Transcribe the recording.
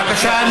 בבקשה.